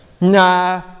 Nah